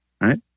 right